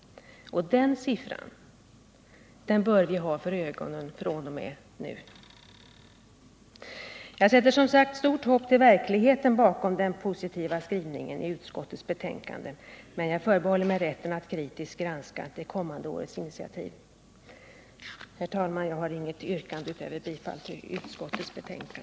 Den siffran bör vi ha för ögonen från och med nu. Jag sätter som sagt stort hopp till verkligheten bakom den positiva skrivningen i utskottets betänkande, men jag förbehåller mig rätten att kritiskt granska det kommande årets initiativ. Herr talman! Jag har inget yrkande utöver bifall till utskottets hemställan.